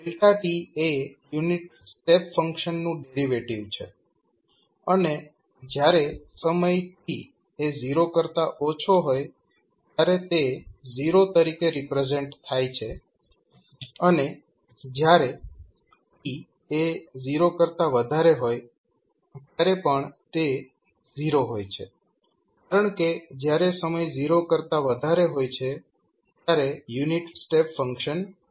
એ unit step ફંક્શનનું derivative છે અને જ્યારે સમય t એ 0 કરતા ઓછો હોય ત્યારે તે 0 તરીકે રિપ્રેઝેન્ટ થાય છે અને જયારે t એ 0 કરતા વધારે હોય ત્યારે પણ તે 0 હોય છે કારણકે જ્યારે સમય 0 કરતા વધારે હોય છે ત્યારે યુનિટ સ્ટેપ ફંક્શન 1 છે